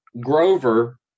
Grover